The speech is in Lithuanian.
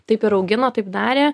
taip ir augino taip darė